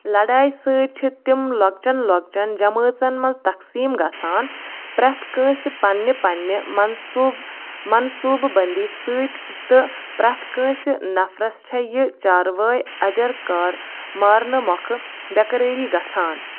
لڑھایہِ سۭتۍ چھِ تِم لۄکچیٚن لۄکچیٚن جمٲعژن منٛز تقسیٖم گژھان پرٛیٚتھ کانٛسہِ پننہِ پننہِ منصوٗب منصوٗبہٕ بنٛدی سۭتۍ تہٕ پرٛیٚتھ کٲنٛسہِ نفرس چھِ یہِ چاروٲے ٲخٕرکار مارنہٕ مۄکھہٕ بیٚقرٲری گژھان